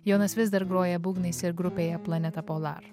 jonas vis dar groja būgnais ir grupėje planeta polar